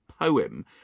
poem